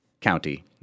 county